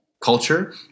culture